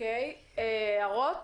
יש הערות?